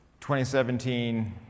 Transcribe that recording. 2017